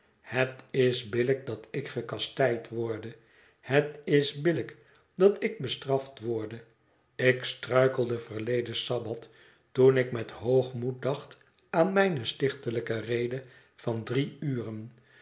het is billijk dat ik gekastijd worde het is billijk dat ik bestraft worde ik struikelde verleden sabbat toen ik met hoogmoed dacht aan mijne stichtelijke rede van drie uren